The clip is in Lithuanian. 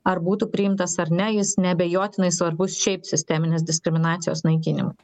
ar būtų priimtas ar ne jis neabejotinai svarbus šiaip sisteminės diskriminacijos naikinimui